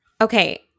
Okay